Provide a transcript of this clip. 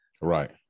Right